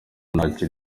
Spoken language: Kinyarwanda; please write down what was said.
ntacyo